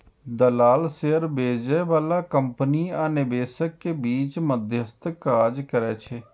दलाल शेयर बेचय बला कंपनी आ निवेशक के बीच मध्यस्थक काज करै छै